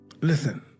Listen